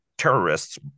terrorists